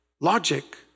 logic